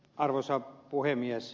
arvoisa puhemies